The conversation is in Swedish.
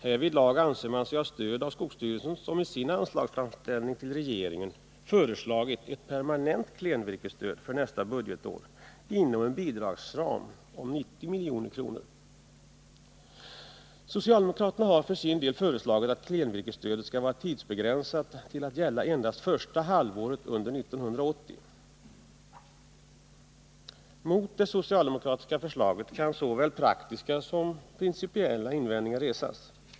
Härvidlag anser man sig ha stöd av skogsstyrelsen, som i sin anslagsframställning till regeringen har föreslagit ett permanent klenvirkesstöd för nästa budgetår inom en bidragsram om 90 milj.kr. Socialdemokraterna har för sin del föreslagit att klenvirkesstödet skall vara tidsbegränsat till att gälla endast första halvåret 1980. Mot det socialdemokratiska förslaget kan såväl praktiska som principiella invändningar resas.